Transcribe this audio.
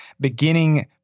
beginning